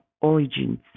origins